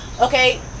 okay